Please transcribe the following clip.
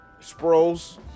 Sproles